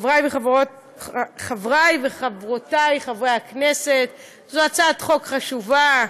חבריי וחברותיי חברי הכנסת, זאת הצעת חוק חשובה.